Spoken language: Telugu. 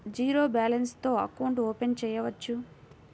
జీరో బాలన్స్ తో అకౌంట్ ఓపెన్ చేయవచ్చు?